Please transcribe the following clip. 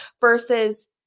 versus